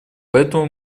поэтому